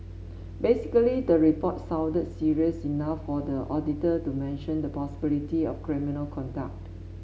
basically the report sounded serious enough for the auditor to mention the possibility of criminal conduct